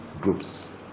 groups